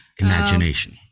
imagination